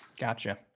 Gotcha